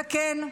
וכן,